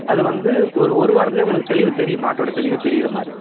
அது வந்து ஒரு ஒரு வாரத்திலே உங்களுக்கு தெளிவு தெரியும் மாட்டோட தெளிவு தெரிகிற மாதிரி